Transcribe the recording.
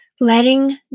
Letting